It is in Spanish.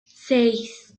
seis